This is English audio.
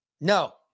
no